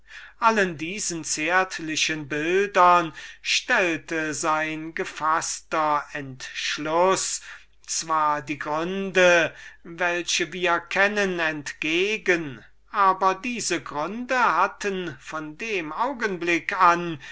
allen diesen zärtlichen bildern stellte sein gefaßter entschluß zwar die gründe welche wir kennen entgegen aber diese gründe hatten von dem augenblick an